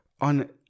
on